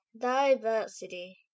diversity